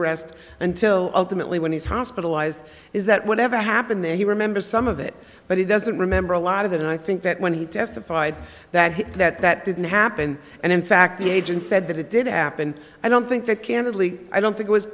arrest until ultimately when he's hospitalized is that whatever happened there he remembers some of it but he doesn't remember a lot of it and i think that when he testified that he that that didn't happen and in fact the agent said that it did happen i don't think that candidly i don't think it was